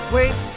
Wait